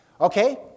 Okay